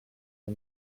les